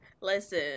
listen